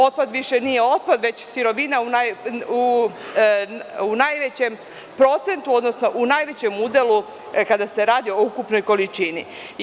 Otpad više nije otpad, već sirovina u najvećem procentu, odnosno u najvećem udelu kada se radi o ukupnoj količini.